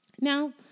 Now